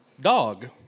dog